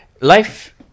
life